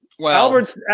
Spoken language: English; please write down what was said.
Albert